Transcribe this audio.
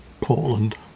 Portland